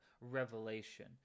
revelation